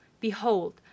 behold